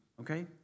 okay